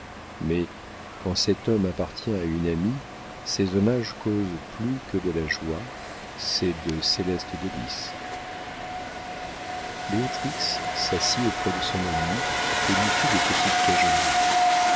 mais quand cet homme appartient à une amie ses hommages causent plus que de la joie c'est de célestes délices béatrix s'assit auprès de son amie et lui fit de petites